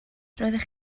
roeddech